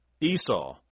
Esau